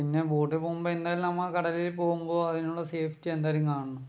പിന്നെ ബോട്ടിൽ പോകുമ്പോൾ എന്തായാലും നമ്മൾ കടലിൽ പോകുമ്പോൾ അതിനുള്ള സേഫ്റ്റി എന്തായാലും കാണണം